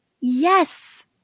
Yes